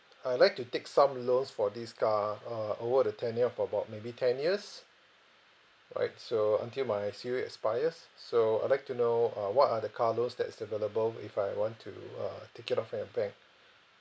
I'd like to take some loans for this car uh over the tenure of about maybe ten years alright so until my C_O_E expires so I'd like to know uh what are the car loans that's available if I want to uh take it up from your bank